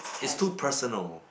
is too personal